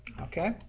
Okay